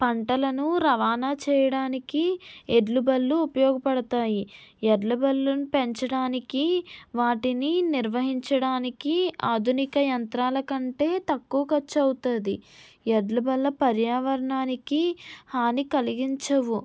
పంటలను రవాణా చేయడానికి ఎడ్లు బళ్ళు ఉపయోగపడుతాయి ఎడ్ల బళ్ళలను పెంచడానికి వాటిని నిర్వహించడానికి ఆధునిక యంత్రాల కంటే తక్కువ ఖర్చువుతది ఎడ్ల బండ్ల పర్యావరణానికి హాని కలిగించవు